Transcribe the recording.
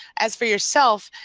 as for yourself,